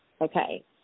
Okay